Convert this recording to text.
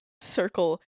circle